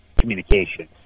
communications